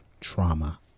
trauma